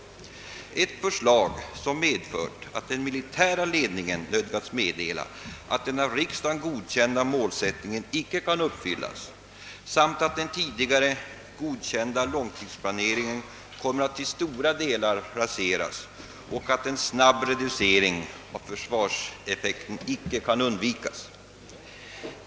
Detta förslag har medfört att den militära ledningen nödgats meddela att den av riksdagen godkända målsättningen icke kan uppfyllas, att den tidigare godkända långtidsplaneringen kommer att till stora delar raseras och att en snabb reducering av försvarseffekten icke kan undvikas.